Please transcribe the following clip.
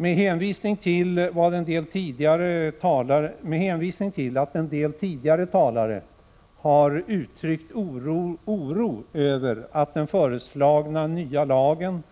Med hänvisning till att en del tidigare talare har uttryckt oro över att den föreslagna nya lagstiftningen